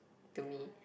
to me